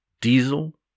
diesel